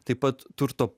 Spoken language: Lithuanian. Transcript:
taip pat turto